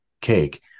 cake